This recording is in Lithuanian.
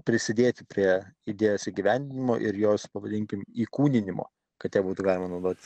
prisidėti prie idėjos įgyvendinimo ir jos pavadinkim įkūninimo kad ja būtų galima naudotis